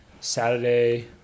Saturday